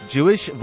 Jewish